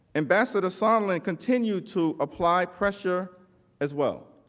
ambassador sondland continue to apply pressure as well.